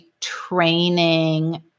training